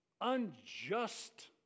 unjust